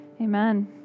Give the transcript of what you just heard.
Amen